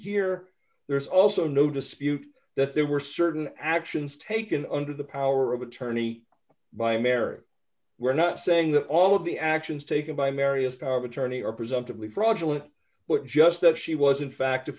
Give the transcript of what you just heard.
here there's also no dispute that there were certain actions taken under the power of attorney by mary we're not saying that all of the actions taken by marius power of attorney represent to be fraudulent but just that she was in fact